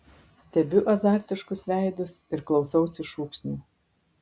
stebiu azartiškus veidus ir klausausi šūksnių